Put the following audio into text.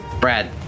Brad